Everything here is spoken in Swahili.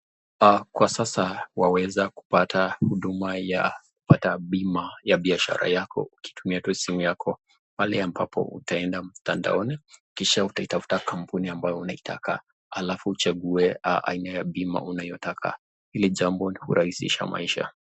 Kwa sasa waweza kupata huduma ya pata bima ya biashara yako ukitumia tu simu yako, pale ambapo utaenda mtandaoni kisha utatafuta kampuni ambayo unaitaka halafu uchague aina ya bima unayotaka, hili jambo hurahisisha maisha.